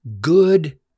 good